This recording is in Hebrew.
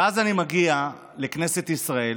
ואז אני מגיע לכנסת ישראל